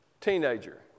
teenager